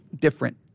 different